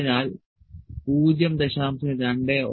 അതിനാൽ 0